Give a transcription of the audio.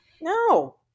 no